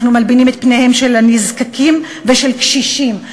אנחנו מלבינים את פניהם של הנזקקים ושל קשישים.